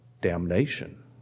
damnation